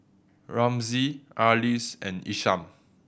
Ramsey Arlis and Isham